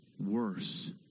worse